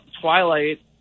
Twilight